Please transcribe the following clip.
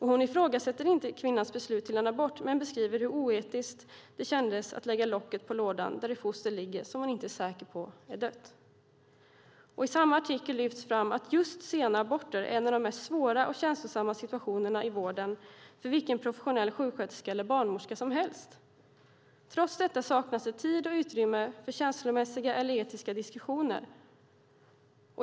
Hon ifrågasätter inte kvinnans beslut om abort men beskriver hur oetiskt det kändes att sätta locket på lådan där ett foster låg som hon inte var säker på var dött. I samma artikel lyfts fram att just sena aborter är en av de mest svåra och känslosamma situationerna i vården för vilken professionell sjuksköterska eller barnmorska som helst. Trots detta saknas det tid och utrymme för känslomässiga eller etiska diskussioner.